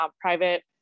private